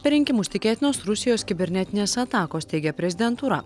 per rinkimus tikėtinos rusijos kibernetinės atakos teigia prezidentūra